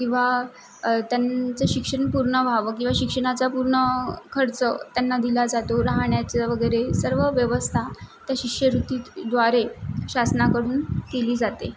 किंवा त्यांचं शिक्षण पूर्ण व्हावं किंवा शिक्षणाचा पूर्ण खर्च त्यांना दिला जातो राहण्याचं वगैरे सर्व व्यवस्था त्या शिष्यवृत्तीद्वारे शासनाकडून केली जाते